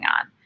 on